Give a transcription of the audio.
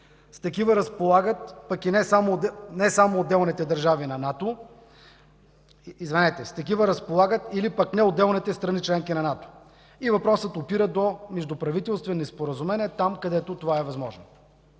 С такива разполагат или пък не отделните страни – членки на НАТО. И въпросът опира до междуправителствени споразумения там, където това е възможно.